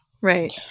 Right